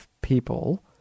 people